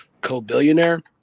co-billionaire